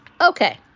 Okay